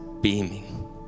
beaming